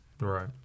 right